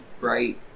Right